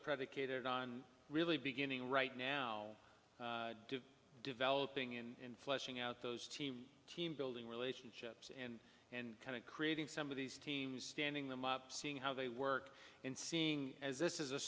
predicated on really beginning right now developing in fleshing out those team team building relationships and and kind of creating some of these teams standing them up seeing how they work in seeing as this is a